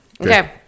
Okay